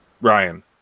Ryan